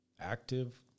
active